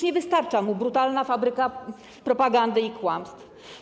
Nie wystarcza mu już brutalna fabryka propagandy i kłamstw.